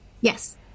Yes